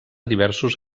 diversos